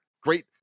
great